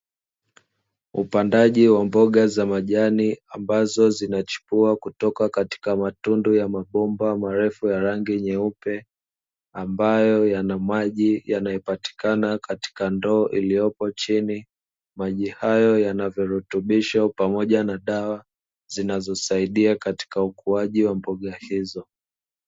Upandaji wa mboga za majani ambazo zinachipua kutoka katika matundu ya mabomba marefu ya rangi nyeupe ambayo yana maji yanayopatikana katika ndoo iliyopo chini, maji hayo yana virutubisho pamoja na dawa zinazosaidia katika ukuaji wa mboga hizo.